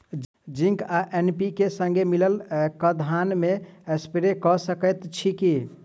Zinc आ NPK, संगे मिलल कऽ धान मे स्प्रे कऽ सकैत छी की?